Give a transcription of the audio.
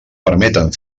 permeten